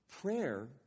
Prayer